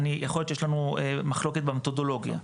יכול להיות שיש לנו מחלוקת במתודולוגיה.